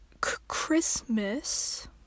Christmas